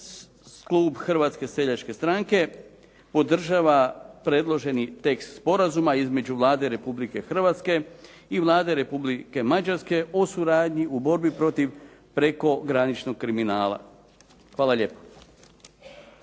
klub Hrvatske seljačke stranke podržava predloženi tekst Sporazuma između Vlade Republike Hrvatske i Vlade Republike Mađarske o suradnji u borbi protiv prekograničnog kriminala. Hvala lijepo.